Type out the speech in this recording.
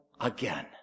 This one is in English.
again